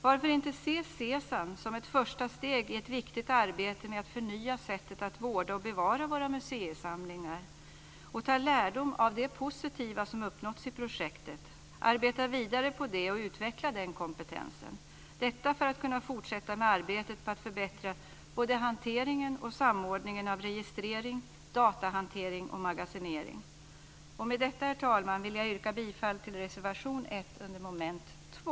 Varför inte se SESAM som ett första steg i ett viktigt arbete med att förnya sättet att vårda och bevara våra museisamlingar och ta lärdom av det positiva som har uppnåtts i projektet och arbeta vidare på det och utveckla den kompetensen för att kunna fortsätta med arbetet att förbättra både hanteringen och samordningen av registrering, datahantering och magasinering. Och med detta, herr talman, vill jag yrka bifall till reservation 1 under mom. 2.